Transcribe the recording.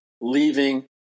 leaving